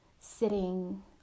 sitting